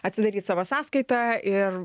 atsidaryt savo sąskaitą ir